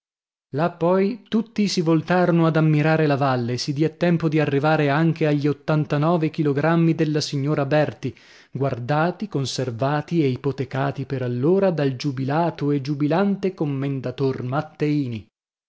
là poi tutti si voltarono ad ammirare la valle e si diè tempo di arrivare anche agli ottantanove chilogrammi della signora berti guardati conservati e ipotecati per allora dal giubilato e giubilante commendator matteini